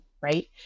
right